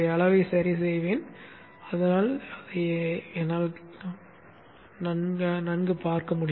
அளவை சரிசெய்கிறேன் அதனால் என்னால் அதைப் பார்க்க முடியும்